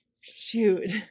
shoot